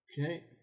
Okay